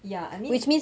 ya I mean